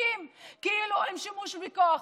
מצדיקים שימוש בכוח,